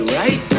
right